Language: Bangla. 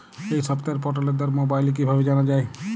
এই সপ্তাহের পটলের দর মোবাইলে কিভাবে জানা যায়?